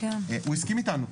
הוא הסכים איתנו.